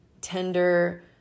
tender